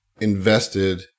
invested